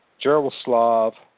Jaroslav